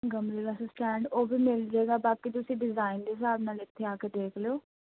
ਗਮਲੇ ਵਾਸਤੇ ਸਟੈਂਡ ਉਹ ਵੀ ਮਿਲ ਜਾਏਗਾ ਬਾਕੀ ਤੁਸੀਂ ਡਿਜ਼ਾਇਨ ਦੇ ਹਿਸਾਬ ਨਾਲ ਇੱਥੇ ਆ ਕੇ ਦੇਖ ਲਿਓ